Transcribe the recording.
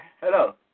hello